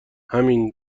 همین